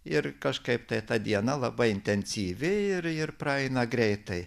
ir kažkaip tai ta diena labai intensyvi ir ir praeina greitai